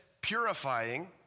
purifying